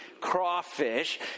crawfish